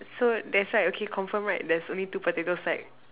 so that's right okay confirm right there's only two potato sack